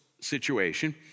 situation